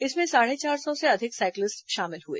इसमें साढ़े चार सौ से अधिक साइक्लिस्टि शामिल हुए